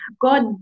God